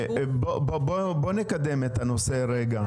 בוא נקדם את הנושא רגע.